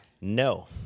No